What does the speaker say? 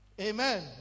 Amen